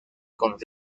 con